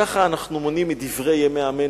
ככה אנחנו מונים את דברי ימי עמנו.